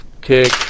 kick